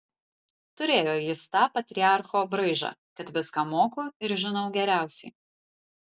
turėjo jis tą patriarcho braižą kad viską moku ir žinau geriausiai